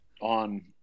on